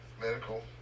Medical